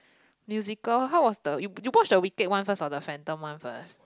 musical how was the you you watch the Wicked one first or the Phantom one first